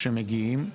שמגיעים,